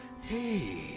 Hey